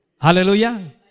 Hallelujah